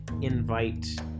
invite